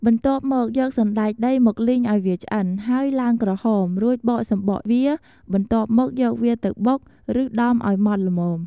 បន្ទាប់មក យកសណ្ដែកដី មកលីងអោយវាឆ្អិន ហើយឡើងក្រហម រួចបកសម្បកវា បន្ទាប់មកយកវាទៅបុក ឬដំអោយម៉ត់ល្មម។